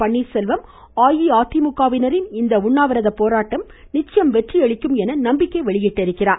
பன்னீர்செல்வம் அஇஅதிமுக வினரின் இந்த போராட்டம் நிச்சயம் வெற்றியளிக்கும் என நம்பிக்கை தெரிவித்துள்ளார்